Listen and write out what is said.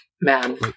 man